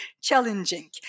challenging